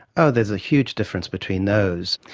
ah there's a huge difference between those.